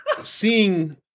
seeing